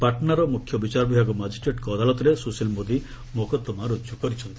ପାଟନାର ମୁଖ୍ୟ ବିଚାରବିଭାଗୀୟ ମାଜିଷ୍ଟ୍ରେଟଙ୍କ ଅଦାଲତରେ ସୁଶୀଲ ମୋଦି ମୋକଦ୍ଦମା ରୁଜୁ କରିଛନ୍ତି